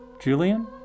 Julian